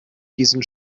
diesen